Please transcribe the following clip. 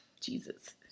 Jesus